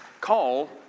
Call